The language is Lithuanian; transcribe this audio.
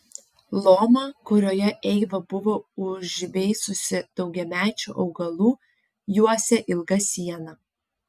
lomą kurioje eiva buvo užveisusi daugiamečių augalų juosė ilga siena